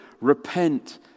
Repent